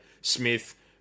Smith